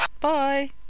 Bye